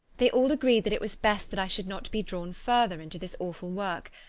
they all agreed that it was best that i should not be drawn further into this awful work,